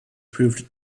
proved